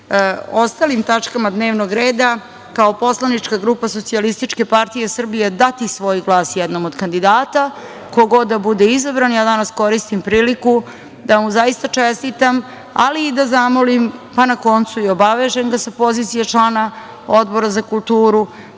ostalim tačkama dnevnog reda, kao poslanička grupa SPS dati svoj glas jednom od kandidata, ko god da bude izabran. Ja danas koristim priliku da mu zaista čestitam, ali i da zamolim, pa na koncu i obavežem ga sa pozicije člana Odbora za kulturu,